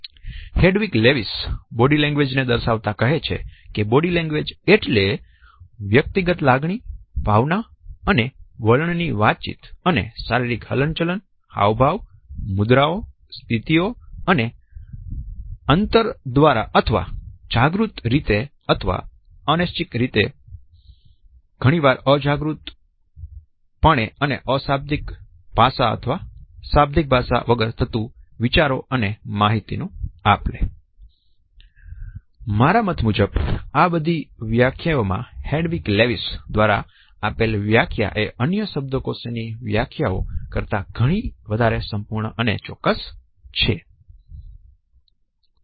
Hedwig Lewis body language ને દર્શાવતા કહે છે કે બોડી લેંગ્વેજ એટલે ' વ્યક્તિગત લાગણી ભાવના અને વલણ ની વાતચીત અને શારીરિક હલનચલન હાવભાવ મુદ્રાઓ સ્થિતિ અને અંતર દ્વારા કાં તો જાગૃત રીતે અથવા અનૈચ્છિક રીતે ઘણી વાર અર્ધજાગૃત પણે અને શાબ્દિક ભાષા સાથે કે શાબ્દિક ભાષા વગર થતું વિચારો અને માહિતીની આપલે' મારા મત મુજબ આ બધી વ્યાખ્યાઓમાં હેડવિગ લેવિસ દ્વારા આપેલ વ્યાખ્યા એ અન્ય શબ્દકોશ ની વ્યાખ્યાઓ કરતાં ઘણી વધારે સંપૂર્ણ અને ચોક્કસ છે